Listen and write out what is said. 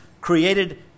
created